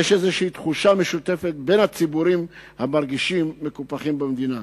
יש איזו תחושה משותפת בין הציבורים המרגישים מקופחים במדינה.